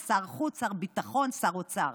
שר חוץ, שר ביטחון, שר אוצר,